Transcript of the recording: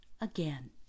again